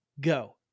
go